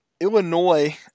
Illinois